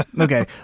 Okay